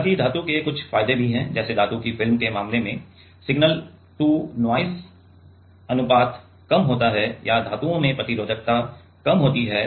हालाँकि धातु के कुछ फायदे भी हैं जैसे धातु की फिल्म के मामले में सिगनल टू नॉइज़ अनुपात कम होता है या धातुओं में प्रतिरोधकता कम होती है